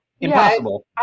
Impossible